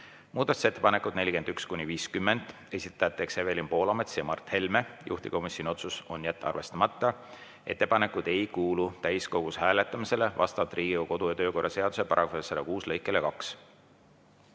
Muudatusettepanekud nr 41–50, esitajad Evelin Poolamets ja Mart Helme. Juhtivkomisjoni otsus on jätta arvestamata ja ettepanekud ei kuulu täiskogus hääletamisele vastavalt Riigikogu kodu- ja töökorra seaduse § 106 lõikele 2.